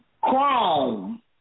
Chrome